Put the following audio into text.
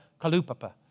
Kalupapa